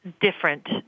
different